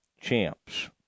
champs